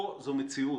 כאן זו מציאות.